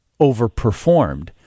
overperformed